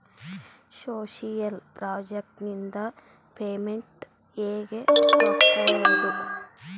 Social project ನಿಂದ payment ಹೆಂಗೆ ತಕ್ಕೊಳ್ಳದು?